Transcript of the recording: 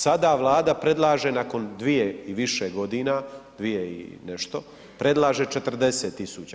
Sada Vlada predlaže nakon dvije i više godina, dvije i nešto, predlaže 40 tisuća.